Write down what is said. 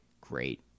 great